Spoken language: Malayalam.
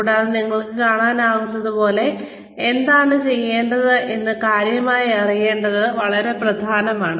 കൂടാതെ നിങ്ങൾക്ക് കാണാനാകുന്നതുപോലെ എന്താണ് ചെയ്യേണ്ടതെന്ന് കൃത്യമായി അറിയേണ്ടത് വളരെ പ്രധാനമാണ്